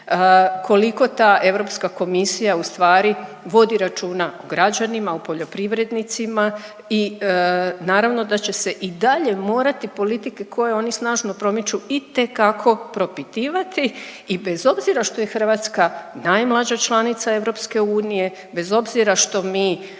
koliko ta Europska komisija ustvari vodi računa o građanima, o poljoprivrednicima i naravno da će se i dalje morati politike koje oni snažno promiču itekako propitivati i bez obzira što je Hrvatska najmlađa članica EU, bez obzira što mi